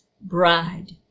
bride